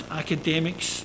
academics